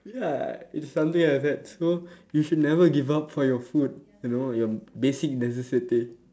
ya it's something like that so you should never give up for you food you know your basic necessity